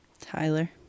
Tyler